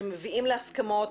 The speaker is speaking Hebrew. שמביאים להסכמות.